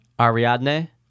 Ariadne